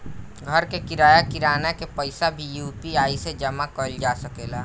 घर के किराया, किराना के पइसा भी यु.पी.आई से जामा कईल जा सकेला